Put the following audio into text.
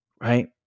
right